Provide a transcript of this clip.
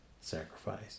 sacrifice